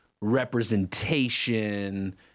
representation